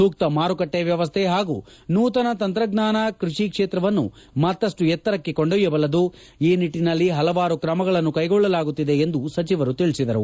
ಸೂಕ್ತ ಮಾರುಕಟ್ಟೆ ವ್ಯವಸ್ಥೆ ಹಾಗೂ ನೂತನ ತಂತ್ರಜ್ಞಾನ ಕೃಷಿ ಕ್ಷೇತ್ರವನ್ನು ಮತ್ತಷ್ಟು ಎತ್ತರಕ್ಕೆ ಕೊಂಡೊಯ್ಕಬಲ್ಲದು ಈ ನಿಟ್ಟನಲ್ಲಿ ಹಲವಾರು ಕ್ರಮಗಳನ್ನು ಕೈಗೊಳ್ಳಲಾಗುತ್ತಿದೆ ಎಂದು ಸಚಿವರು ತಿಳಿಸಿದರು